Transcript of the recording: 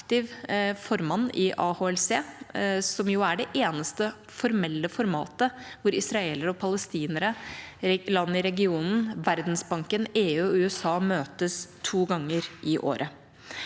formannskap i AHLC, som jo er det eneste formelle formatet hvor israelere og palestinere, land i regionen, Verdensbanken, EU og USA møtes to ganger i året.